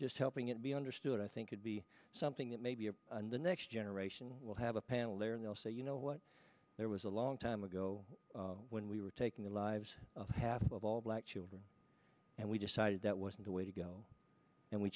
just helping it be understood i think could be something that maybe in the next generation will have a panel there and they'll say you know what there was a long time ago when we were taking the lives of half of all black children and we decided that wasn't the way to go and we